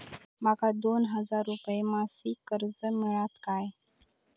माका दोन हजार रुपये मासिक कर्ज मिळात काय?